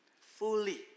fully